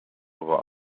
war